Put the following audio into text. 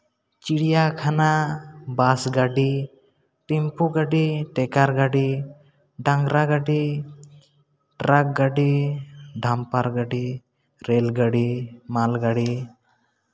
ᱪᱤᱲᱤᱭᱟᱠᱷᱟᱱᱟ ᱵᱟᱥ ᱜᱟᱹᱰᱤ ᱴᱤᱢᱯᱩ ᱜᱟᱹᱰᱤ ᱴᱮᱠᱟᱨ ᱜᱟᱹᱰᱤ ᱰᱟᱝᱨᱟ ᱜᱟᱹᱰᱤ ᱴᱨᱟᱠ ᱜᱟᱹᱰᱤ ᱰᱟᱢᱯᱟᱨ ᱜᱟᱹᱰᱤ ᱨᱮᱹᱞ ᱜᱟᱹᱲᱤ ᱢᱟᱞ ᱜᱟᱹᱲᱤ